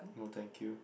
no thank you